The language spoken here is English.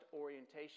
orientation